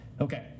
Okay